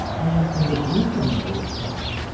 and in the jerusalem area chat,